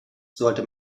sollte